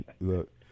Look